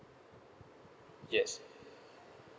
yes